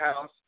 house